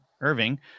Irving